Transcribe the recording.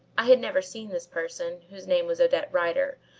i had never seen this person, whose name was odette rider,